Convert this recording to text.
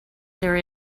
there